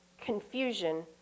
confusion